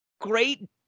Great